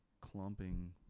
clumping